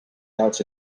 doubts